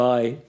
Bye